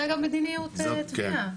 זה גם מדיניות תביעה.